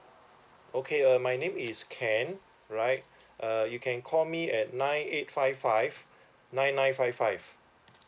okay uh my name is ken right uh you can call me at nine eight five five nine nine five five